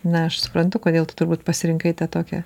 na aš suprantu kodėl tu turbūt pasirinkai tą tokią